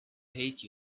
hate